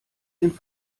den